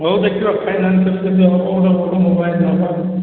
ହଉ ଦେଖିବା final mobile ନେବା ଆଉ